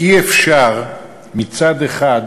אי-אפשר מצד אחד